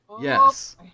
Yes